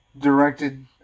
directed